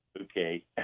okay